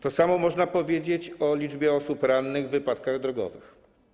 To samo można powiedzieć o liczbie osób rannych w wypadkach drogowych.